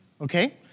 okay